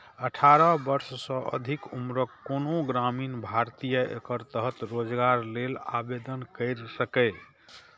अठारह वर्ष सँ अधिक उम्रक कोनो ग्रामीण भारतीय एकर तहत रोजगार लेल आवेदन कैर सकैए